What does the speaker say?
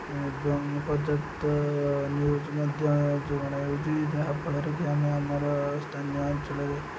ଏବଂ ପର୍ଯ୍ୟାପ୍ତ ନ୍ୟୁଜ୍ ମଧ୍ୟ ଯୋଗାଣ ହେଉଛି ଯାହା ଫଳରେକି ଆମେ ଆମର ସ୍ଥାନୀୟ ଅଞ୍ଚଳରେ